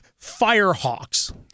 Firehawks